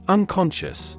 unconscious